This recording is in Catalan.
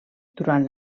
durant